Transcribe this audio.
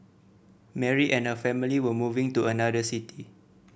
Mary and her family were moving to another city